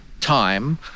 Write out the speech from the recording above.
time